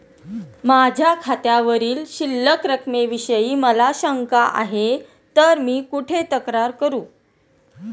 माझ्या खात्यावरील शिल्लक रकमेविषयी मला शंका आहे तर मी कुठे तक्रार करू?